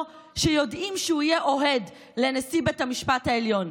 שיודעים שהוא יהיה אוהד לנשיא בית המשפט העליון.